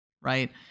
right